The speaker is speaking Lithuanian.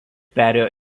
perėjo